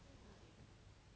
um no suddenly very quiet